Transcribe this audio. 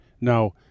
Now